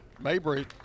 Mabry